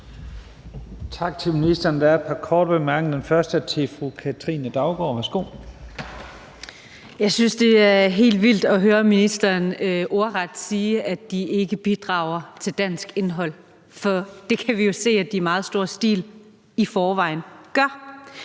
Jeg synes, det er helt vildt at høre ministeren ordret sige, at de ikke bidrager til dansk indhold, for det kan vi jo se at de i meget stor stil i forvejen gør.